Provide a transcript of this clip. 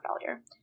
failure